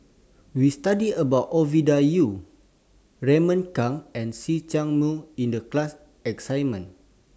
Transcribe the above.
We studied about Ovidia Yu Raymond Kang and See Chak Mun in The class assignment